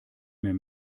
mehr